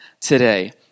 today